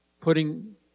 putting